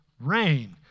rain